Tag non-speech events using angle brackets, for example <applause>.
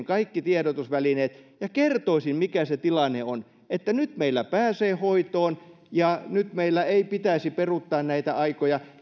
<unintelligible> kaikki tiedotusvälineet ja kertoisin mikä se tilanne on nyt meillä pääsee hoitoon ja nyt meillä ei pitäisi peruuttaa näitä aikoja